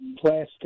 plastic